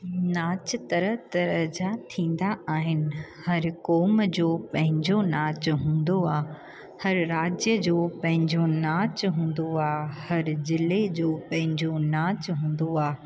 नाच तरह तरह जा थींदा आहिनि हर क़ौम जो पंहिंजो नाचु हूंदो आहे हर राज्य जो पंहिंजो नाचु हूंदो आहे हर ज़िले जो पंहिंजो नाचु हूंदो आहे